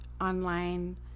online